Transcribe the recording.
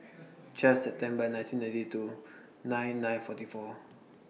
twelfth September nineteen ninety two nine nine forty four